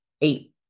eight